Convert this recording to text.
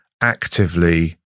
actively